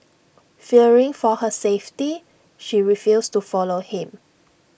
fearing for her safety she refused to follow him